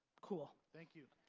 cool. thank you.